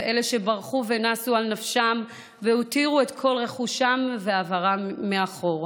ואלה שברחו ונסו על נפשם והותירו את כל רכושם ועברם מאחור,